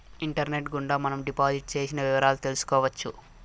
internet గుండా మనం deposit చేసిన వివరాలు తెలుసుకోవచ్చు